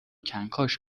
کنکاش